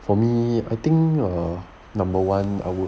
for me I think err number one